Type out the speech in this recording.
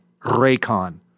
Raycon